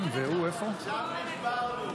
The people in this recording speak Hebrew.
עכשיו נשברנו.